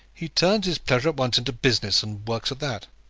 he turns his pleasure at once into business, and works at that.